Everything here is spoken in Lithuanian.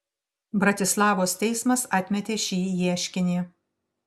bratislavos teismas atmetė šį ieškinį